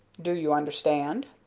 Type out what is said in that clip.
do you understand?